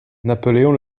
napoléon